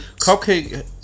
cupcake